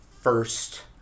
first